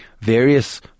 various